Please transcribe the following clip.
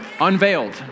unveiled